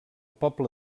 poble